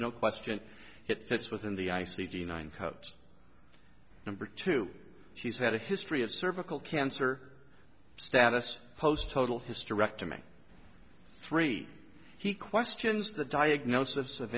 no question it fits within the i c d nine codes number two she's had a history of cervical cancer status post total hysterectomy three he questions the diagnosis of